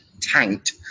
tanked